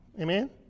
Amen